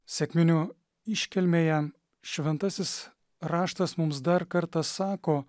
sekminių iškilmėje šventasis raštas mums dar kartą sako